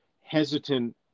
hesitant